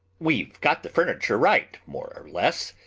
we've got the furniture right more or less.